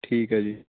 ਠੀਕ ਹੈ ਜੀ